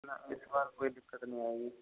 ना इस बार कोई दिक्कत नहीं आएगी